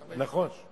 נכון?